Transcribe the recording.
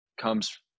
comes